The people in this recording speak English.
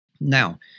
Now